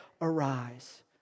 arise